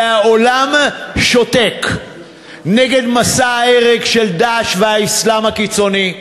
והעולם שותק מול מסע ההרג של "דאעש" והאסלאם הקיצוני,